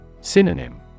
Synonym